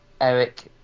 Eric